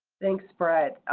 thanks, brett.